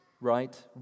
right